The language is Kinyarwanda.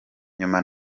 nyuma